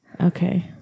Okay